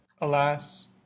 Alas